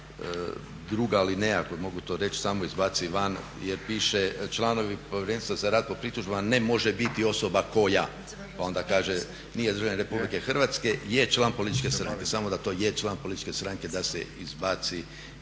druga alineja ako mogu to reći samo izbaci van jer piše: "Članovi Povjerenstva za rad po pritužbama ne može biti osoba koja…" pa onda kaže "nije državljanin RH je član političke stranke". Samo da "to je član političke stranke" da se izbaci